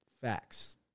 Facts